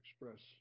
express